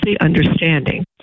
understanding